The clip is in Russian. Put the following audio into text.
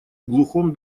глухом